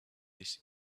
this